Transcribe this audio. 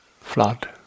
flood